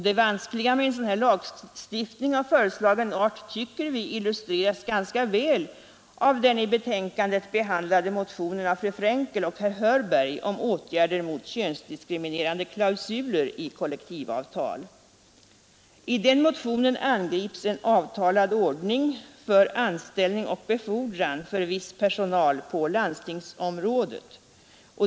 Det vanskliga med en lagstiftning av föreslagen art tycker vi illustreras ganska väl av den i betänkandet behandlade motionen av fru Fre&nkel och herr Hörberg om åtgärder mot könsdiskriminerande klausuler i kollektivavtal. I den motionen angrips en avtalad ordning för anställning och befordran för viss personal på landstingsområdet.